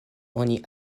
oni